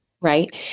Right